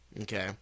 Okay